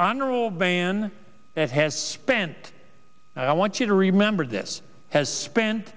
ill ban that has spent i want you to remember this has spent